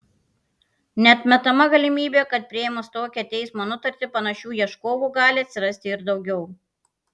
neatmetama galimybė kad priėmus tokią teismo nutartį panašių ieškovų gali atsirasti ir daugiau